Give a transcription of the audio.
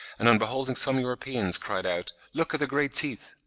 and on beholding some europeans, cried out, look at the great teeth!